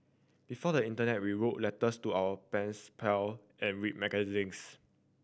before the Internet we wrote letters to our pens pal and read magazines